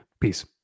Peace